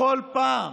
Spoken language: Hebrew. בכל פעם